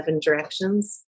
directions